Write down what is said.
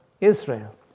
Israel